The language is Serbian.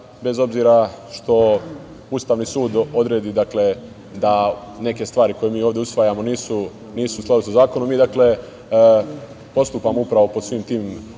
bez obzira što Ustavni sud odredi da neke stvari koje mi ovde usvajamo nisu u skladu sa zakonom, mi postupamo upravo po svim tim